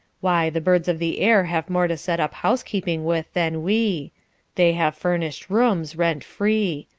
why, the birds of the air have more to set up housekeeping with than we they have furnished rooms, rent free.